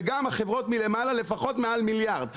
וגם החברות מלמעלה לפחות מעל מיליארד,